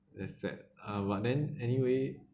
that's sad uh but then anyway